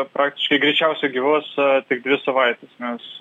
praktiškai greičiausiai gyvuos tik dvi savaites nes